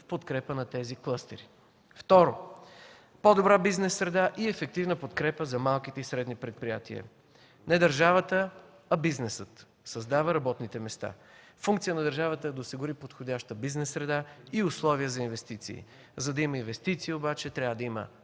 в подкрепа на тези клъстери. Второ, по-добра бизнес среда и ефективна подкрепа за малките и средни предприятия. Не държавата, а бизнесът създава работните места. Функция на държавата е да осигури подходяща бизнес среда и условия за инвестиции. За да има инвестиции обаче, трябва да има